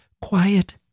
quiet